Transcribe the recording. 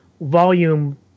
volume